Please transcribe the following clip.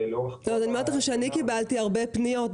אני אומרת לך שאני קיבלתי הרבה פניות,